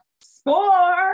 Score